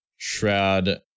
shroud